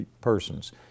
person's